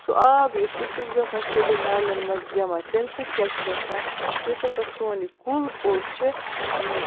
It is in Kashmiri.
سُہ آب یُس چھُ سُہ چھُ گَژھان سیوٚدٕے نالٮ۪ن مَنٛز جَمَع تمہِ سۭتۍ کیاہ چھُ گَژھان یُس ہَسا سون یہِ کُل کوٚٹ چھِ